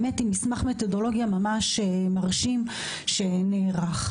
מסמך מתודולוגיה ממש מרשים שנערך.